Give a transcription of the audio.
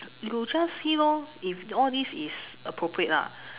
you just see lor if all this is appropriate lah